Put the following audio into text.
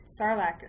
Sarlacc